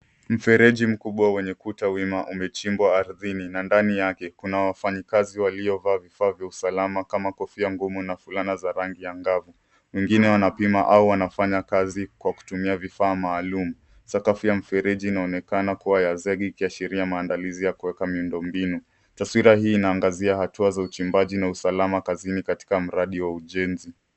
Mfereji mkubwa wenye kuta wima umechimbwa ardhini na ndani yake kuna wafanyakazi waliovaa vifaa vya usalama kama kofia ngumu na fulana za rangi ang'avu. Wengine wanapima au wanafanya kazi kwa kutumia vifaa maalumu. Sakafu ya mfereji inaonekana kuwa ya zege ikiashiria maandalizi ya kuweka miundombinu. Taswira hii inaangazia hatua za uchimbaji na usalama kazini katika mradi wa ujenzi.